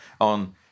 on